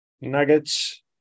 Nuggets